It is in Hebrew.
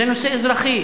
זה נושא אזרחי.